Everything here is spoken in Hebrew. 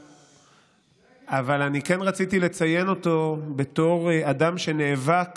אבל אני כן רציתי לציין אותו בתור אדם שנאבק